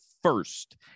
First